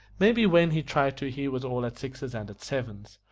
maybe when he tried to he was all at sixes and at sevens,